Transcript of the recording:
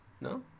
no